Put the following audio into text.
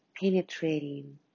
penetrating